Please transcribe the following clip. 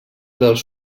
dels